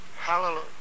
Hallelujah